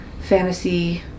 fantasy